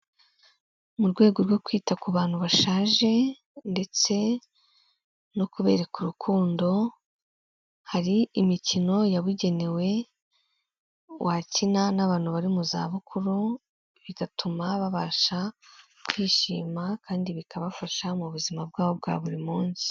Mu rwego rwo kwita ku bantu bashaje ndetse no kubereka urukundo, hari imikino yabugenewe wakina n'abantu bari mu zabukuru, bigatuma babasha kwishima kandi bikabafasha mu buzima bwabo bwa buri munsi.